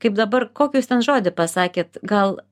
kaip dabar kokius jūs ten žodį pasakėt gal